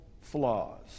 flaws